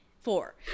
four